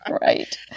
Right